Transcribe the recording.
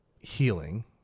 healing